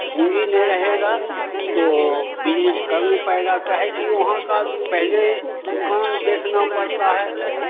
पूँजी नहीं रहेगा तो बिज़नेस कर नहीं पाएगा काहे कि वहाँ का पहले दुकान देखना पड़ता है